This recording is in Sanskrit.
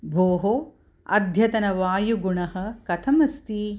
भोः अद्यतनवायुगुणः कथमस्ति